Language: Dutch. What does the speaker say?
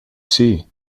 zee